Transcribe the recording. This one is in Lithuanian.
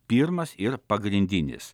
pirmas ir pagrindinis